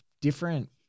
different